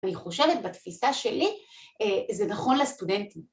‫והיא חושבת, בתפיסה שלי, ‫זה נכון לסטודנטים.